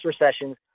recessions